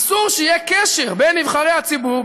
אסור שיהיה קשר בין נבחרי הציבור,